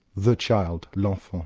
the child, l'enfant,